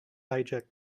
hijack